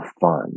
fun